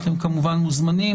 אתם כמובן מוזמנים.